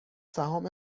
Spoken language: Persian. سهام